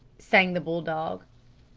sang the bull dog.